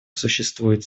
существует